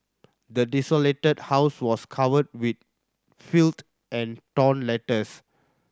the desolated house was covered with filth and torn letters